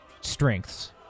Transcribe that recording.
strengths